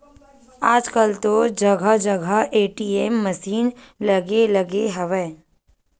आजकल तो जगा जगा ए.टी.एम मसीन लगे लगे हवय